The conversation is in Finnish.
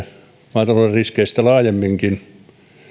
maatalouden riskeistä laajemminkin